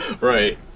Right